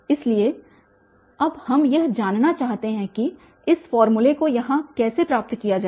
इसलिए अब हम यह जानना चाहते हैं कि इस फॉर्मूले को यहाँ कैसे प्राप्त किया जाए